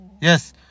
Yes